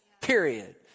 period